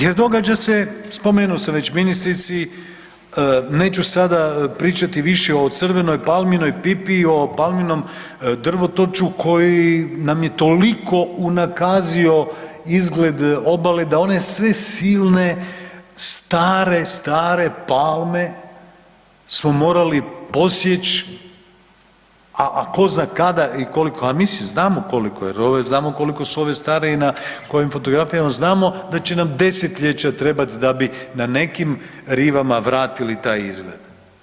Jer događa se, spomenuo sam već ministrici, neću sada pričati više o crvenoj palminom pipi i palminom drvu, to ću, koje nam je toliko unakazio izgled obale da one sve silne stare, stare palme smo morali posjeći, a tko zna kada i koliko, a mislim znamo koliko jer ove, znamo koliko su ove stare i na kojim fotografijama, znamo da će nam desetljeća trebati da bi na nekim rivama vratili taj izgled.